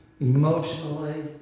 emotionally